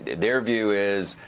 their view is,